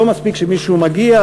שלא מספיק שמישהו מגיע,